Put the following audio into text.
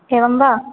एवं वा